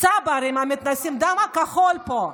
הצברים המתנשאים, הדם הכחול פה.